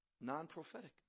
non-prophetic